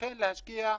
אכן להשקיע,